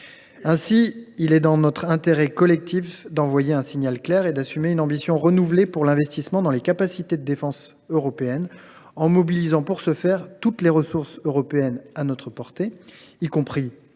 Ainsi, il est dans notre intérêt collectif d’envoyer un signal clair et d’assumer une ambition renouvelée pour l’investissement dans les capacités de défense européennes, en mobilisant pour ce faire toutes les ressources européennes à notre portée, y compris l’emprunt,